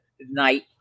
night